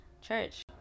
church